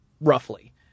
roughly